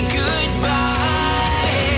goodbye